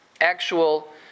actual